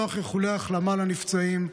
לשלוח איחולי החלמה לנפצעים,